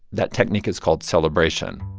that technique is called celebration.